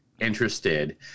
interested